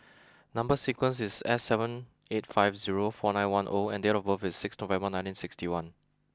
number sequence is S seven eight five zero four nine one O and date of birth is six November nineteen sixty one